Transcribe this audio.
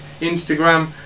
Instagram